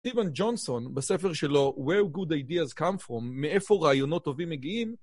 סיוון ג'ונסון בספר שלו, Where Good Ideas Come From, מאיפה רעיונות טובים מגיעים,